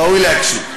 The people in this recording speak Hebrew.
ראוי להקשיב.